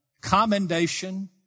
commendation